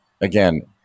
again